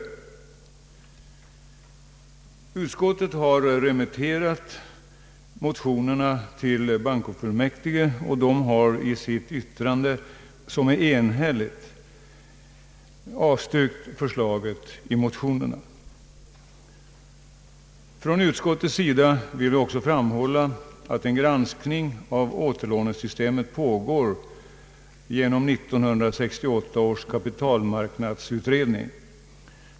Utskottet har remitterat motionerna till bankofullmäktige, och bankofullmäktige har i sitt yttrande, som är enhälligt, avstyrkt förslagen i motionerna. Från utskottets sida vill vi också framhålla att en granskning av återlånesystemet pågår genom 1968 års kapitalmarknadsutredning.